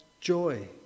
joy